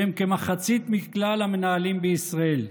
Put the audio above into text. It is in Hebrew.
שהם כמחצית מכלל המנהלים בישראל.